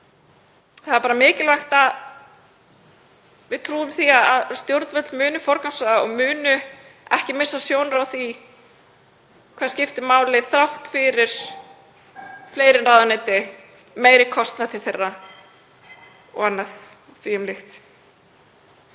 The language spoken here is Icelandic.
Það er því mjög mikilvægt að við trúum því að stjórnvöld muni forgangsraða og muni ekki missa sjónar á því hvað skiptir máli þrátt fyrir fleiri ráðuneyti, meiri kostnað í tengslum við þau og annað því um líkt.